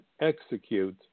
execute